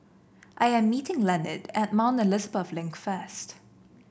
I am meeting Lenord at Mount Elizabeth Link first